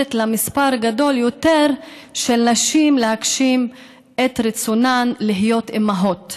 מאפשרת למספר גדול יותר של נשים להגשים את רצונן להיות אימהות.